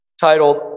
titled